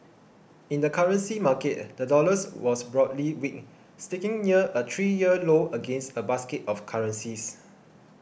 in the currency market the dollar was broadly weak sticking near a three year low against a basket of currencies